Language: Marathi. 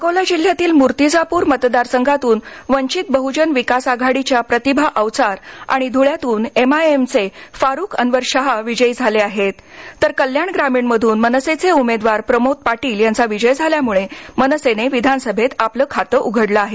अकोला जिल्ह्यातील मूर्तीजापूर मतदार संघातून वंचित बहुजन विकास आघाडीच्या प्रतिभा अवचार आणि धुळ्यातून एम आय एम चे फारुख अन्वर शाह विजयी झाले आहेत तर कल्याण ग्रामीण मध्रन मनसेचे उमेदवार प्रमोद पाटील यांचा विजय झाल्यामुळे मनसेने विधानसभेत आपलं खातं उघडलं आहे